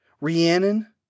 Rhiannon